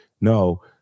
no